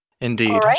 Indeed